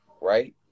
right